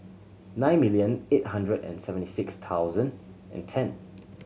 nine million eight hundred and seventy six thousand and ten